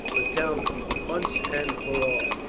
but tell me, once and for all,